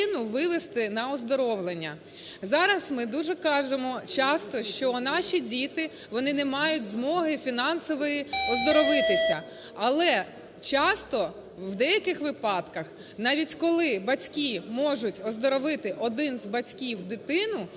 вивести на оздоровлення. Зараз ми дуже кажемо часто, що наші діти, вони не мають змоги фінансової оздоровитися. Але часто в деяких випадках, навіть коли батьки можуть оздоровити, один з батьків, дитину,